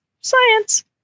Science